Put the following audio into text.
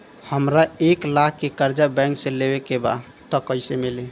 हमरा एक लाख के कर्जा बैंक से लेवे के बा त कईसे मिली?